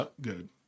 good